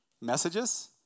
messages